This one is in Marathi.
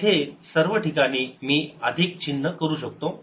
येथे सर्व ठिकाणी मी अधिक चिन्ह करू शकतो